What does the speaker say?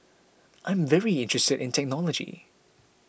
I'm very interested in technology